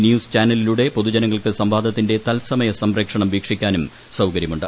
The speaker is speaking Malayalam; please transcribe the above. ന്യൂസ് ചാനലിലൂടെ പൊതുജനങ്ങൾക്ക് സംവാദത്തിന്റെ തത്സമയ സംപ്രേക്ഷണം വീക്ഷിക്കാനും സൌകര്യമുണ്ട്